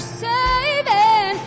saving